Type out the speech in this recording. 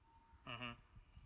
mmhmm